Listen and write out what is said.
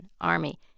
army